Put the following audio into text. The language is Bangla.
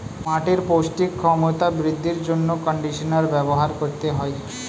মাটির পৌষ্টিক ক্ষমতা বৃদ্ধির জন্য কন্ডিশনার ব্যবহার করতে হয়